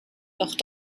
doch